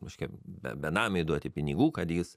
reiškia be benamiui duoti pinigų kad jis